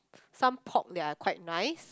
some pork that are quite nice